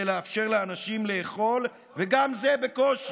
רק רוצה לציין שבחוץ